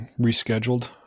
rescheduled